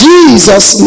Jesus